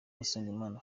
usengimana